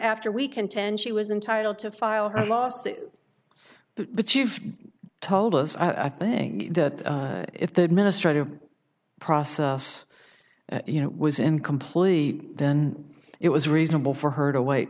after we contend she was entitled to file a lawsuit but you've told us i think that if the administrative process you know was incomplete then it was reasonable for her to wait